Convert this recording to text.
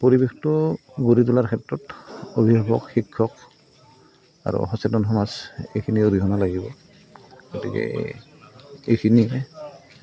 পৰিৱেশটো গঢ়ি তোলাৰ ক্ষেত্ৰত অভিভাৱক শিক্ষক আৰু সচেতন সমাজৰ এইখিনি অৰিহণা লাগিব গতিকে এইখিনিয়ে